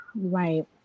Right